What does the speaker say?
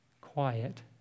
quiet